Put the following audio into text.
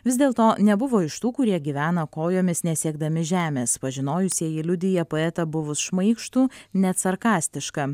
vis dėl to nebuvo iš tų kurie gyvena kojomis nesiekdami žemės pažinojusieji liudija poetą buvus šmaikštų net sarkastišką